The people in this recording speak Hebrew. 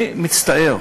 אני מצטער,